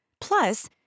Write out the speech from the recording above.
Plus